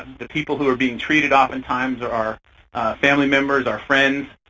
the people who are being treated oftentimes are are family members, are friends,